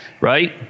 right